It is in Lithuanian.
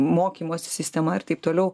mokymosi sistema ir taip toliau